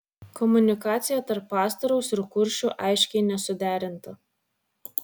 komunikacija tarp pastoriaus ir kuršių aiškiai nesuderinta